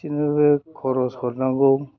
बिसोरनो बे खरस हरनांगौ